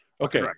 okay